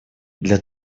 для